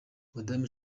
madame